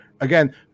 again